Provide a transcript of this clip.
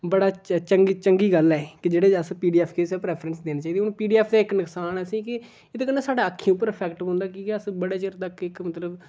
बड़ा च चंगी गल्ल ऐ कि जेह्ड़े अस जेह्ड़े पी डी एफ गी प्रैफरेंस देनी चाहिदी हून पी डी एफ दा इक नुक्सान असेगी एह्दे कन्नै साढ़ा अक्खियें उप्पर अफैक्ट पौंदा कि के अस बड़े चिर तक इक मतलब